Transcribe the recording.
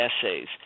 essays